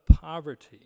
poverty